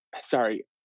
sorry